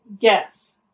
Guess